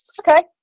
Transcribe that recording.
okay